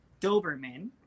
Doberman